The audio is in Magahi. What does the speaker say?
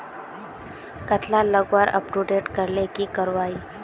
कतला लगवार अपटूडेट करले की करवा ई?